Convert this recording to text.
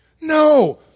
No